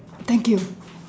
thank you